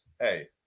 Hey